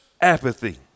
apathy